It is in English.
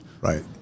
Right